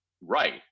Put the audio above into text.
right